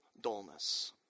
dullness